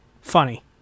funny